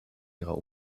ihrer